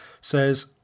says